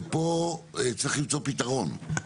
ופה, צריך למצוא פתרון.